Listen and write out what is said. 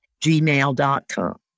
gmail.com